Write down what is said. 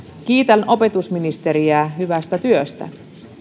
kiitän opetusministeriä hyvästä työstä